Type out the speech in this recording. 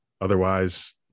otherwise